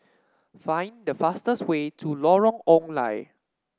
find the fastest way to Lorong Ong Lye